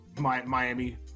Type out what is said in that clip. Miami